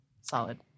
solid